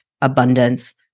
Abundance